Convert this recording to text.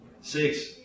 Six